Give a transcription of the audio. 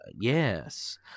Yes